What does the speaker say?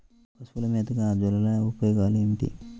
పశువుల మేతగా అజొల్ల ఉపయోగాలు ఏమిటి?